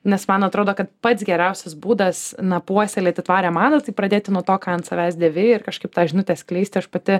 nes man atrodo kad pats geriausias būdas na puoselėti tvarią madą tai pradėti nuo to ką ant savęs dėvi ir kažkaip tą žinutę skleisti aš pati